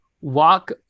walk